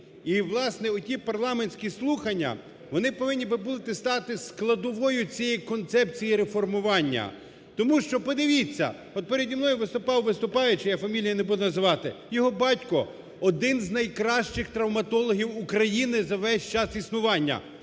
І власне оті парламентські слухання, вони повинні би були стати складовою цієї концепції реформування. Тому що, подивіться, от, переді мною виступав виступаючий, я фамилии не буду називати. Його батько – один з найкращих травматологів України за весь час існування!